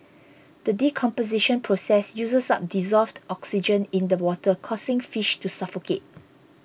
the decomposition process uses up dissolved oxygen in the water causing fish to suffocate